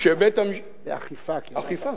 זה אכיפה.